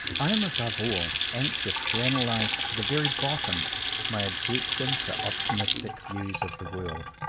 i am above all anxious to analyze to the very bottom my objection to optimistic views of the world.